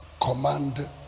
command